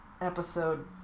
episode